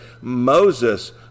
Moses